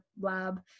lab